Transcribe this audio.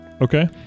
Okay